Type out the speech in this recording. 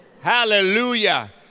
Hallelujah